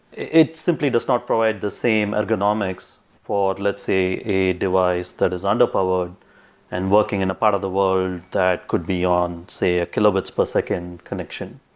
it simply does not provide the same ergonomics for, let's say, a device that is underpowered and working in a part of the world that could be on, say, a kilobits per second connection.